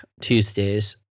Tuesdays